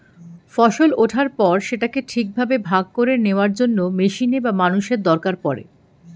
ফসল ওঠার পর সেটাকে ঠিকভাবে ভাগ করে নেওয়ার জন্য মেশিনের বা মানুষের দরকার পড়ে